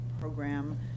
program